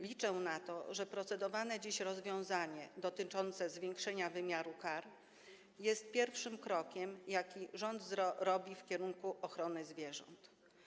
Liczę na to, że procedowane dziś rozwiązane dotyczące zwiększenia wymiaru kar jest pierwszym krokiem, jaki rząd robi w kierunku ochrony zwierząt.